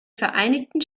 vereinigten